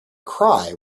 cry